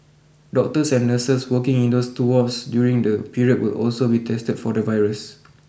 doctors and nurses working in those two wards during the period will also be tested for the virus